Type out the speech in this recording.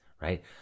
right